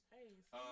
Hey